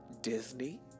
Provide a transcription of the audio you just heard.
Disney